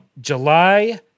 July